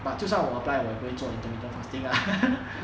but 就算我 apply 我也不会做 intermittent fasting lah